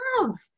love